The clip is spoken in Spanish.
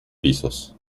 pisos